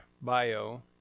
bio